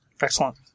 excellent